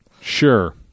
Sure